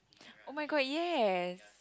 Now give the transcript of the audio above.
oh-my-god yes